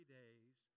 days